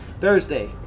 Thursday